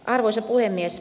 arvoisa puhemies